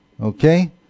Okay